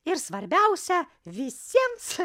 ir svarbiausia visiems